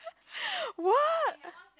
what